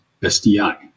SDI